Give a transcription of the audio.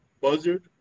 buzzard